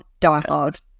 diehard